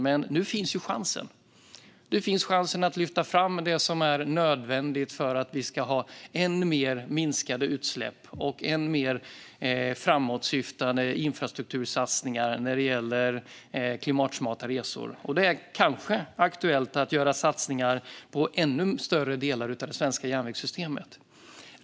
Men nu finns chansen att lyfta fram det som är nödvändigt för att vi ska minska utsläppen än mer och ha än mer framåtsyftande infrastruktursatsningar när det gäller klimatsmarta resor. Och det är kanske aktuellt att göra satsningar på ännu större delar av det svenska järnvägssystemet.